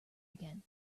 again